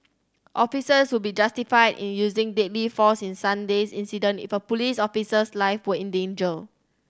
officers would be justified in using deadly force in Sunday's incident if a police officer's life were in danger